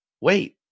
wait